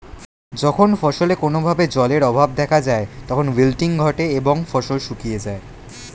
যখন ফসলে কোনো ভাবে জলের অভাব দেখা যায় তখন উইল্টিং ঘটে এবং ফসল শুকিয়ে যায়